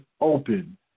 open